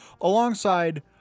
alongside